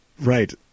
Right